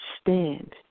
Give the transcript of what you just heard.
Stand